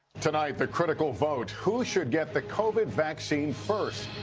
tonight, the critical vote. who should get the covid vaccine first?